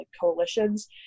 coalitions